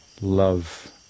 love